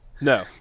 No